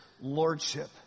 lordship